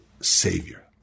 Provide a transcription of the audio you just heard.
Savior